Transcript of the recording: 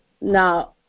now